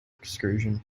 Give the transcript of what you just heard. excursion